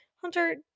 hunter